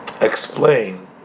explain